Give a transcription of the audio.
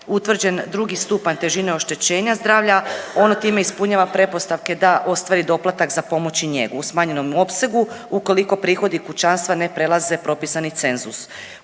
utvrđen drugi stupanj težine oštećenja zdravlja, ono time ispunjava pretpostavke da ostvari doplatak za pomoć i njegu u smanjenom opsegu ukoliko prihodi kućanstva ne prelaze propisani cenzus.